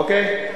אוקיי?